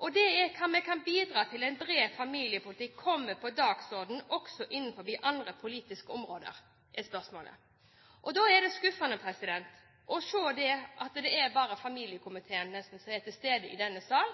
hvordan kan vi bidra til at den brede familiepolitikken kommer på dagsordenen også innenfor andre politiske områder?» Det er spørsmålet. Da er det skuffende å se at det nesten bare er familiekomiteen som er til stede i denne sal.